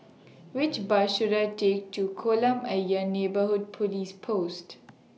Which Bus should I Take to Kolam Ayer Neighbourhood Police Post